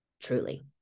Truly